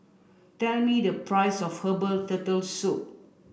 tell me the price of herbal turtle soup